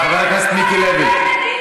חבר הכנסת מיקי לוי,